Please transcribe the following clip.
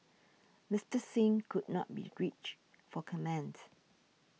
Mister Singh could not be reached for comment